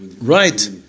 right